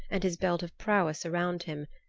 and his belt of prowess around him,